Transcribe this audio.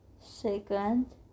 Second